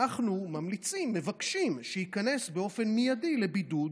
אנחנו ממליצים, מבקשים, שייכנס באופן מיידי לבידוד